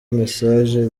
message